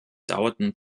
dauerten